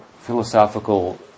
philosophical